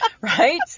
Right